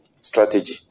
strategy